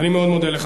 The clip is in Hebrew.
אני מאוד מודה לך.